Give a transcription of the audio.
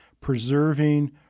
preserving